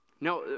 Now